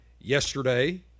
yesterday